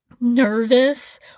nervous